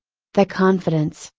the confidence,